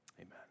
Amen